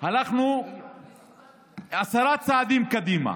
הלכנו עשרה צעדים קדימה,